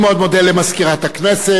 אני מאוד מודה למזכירת הכנסת.